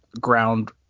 ground